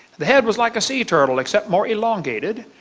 the head was like a sea turtle except more elongated.